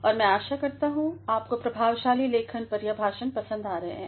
और मै आशा करता हूँ आपको प्रभावशाली लेखन पर यह भाषण पसंदआ रहे हैं